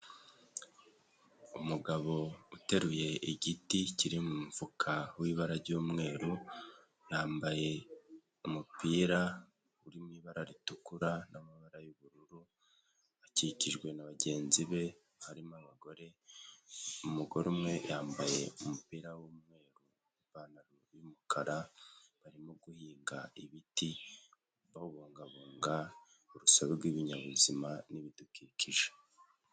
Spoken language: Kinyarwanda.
Umugabo uteruye igiti kiri mu mufuka w'ibara ry'umweru yambaye umupira uri mu ibara ritukura n'amabara y'ubururu akikijwe na bagenzi be harimo abagore, umugore umwe yambaye umupira w'umweru ipantaro y'umukara barimo guhinga ibiti babungabunga urusobe rw'ibinyabuzima n'ibidukikije.